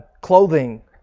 clothing